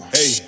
Hey